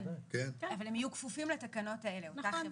אבל הם יהיו כפופים לתקנות האלה, אותה חברה.